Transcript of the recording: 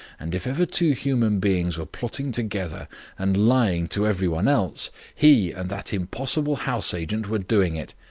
and if ever two human beings were plotting together and lying to every one else, he and that impossible house-agent were doing it.